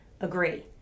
agree